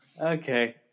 Okay